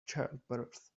childbirths